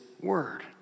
word